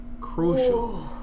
Crucial